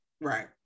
right